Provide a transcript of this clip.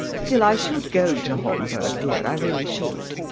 still, i should go to homburg, dear, i really should.